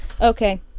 Okay